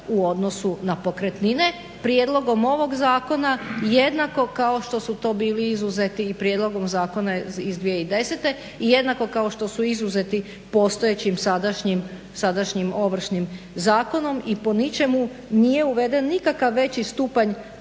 u odnosu na pokretnine, prijedlogom ovog zakona jednako kao što su to bili izuzeti i prijedlogom zakona iz 2010. i jednako kao što su izuzeti postojećim, sadašnjim Ovršnim zakonom i po ničemu nije uveden nikakav veći stupanj